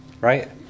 right